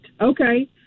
Okay